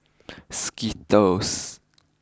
Skittles